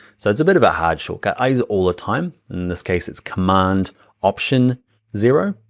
so it's a bit of a hard shortcut either all the time. in this case, it's command option zero,